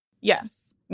Yes